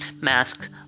mask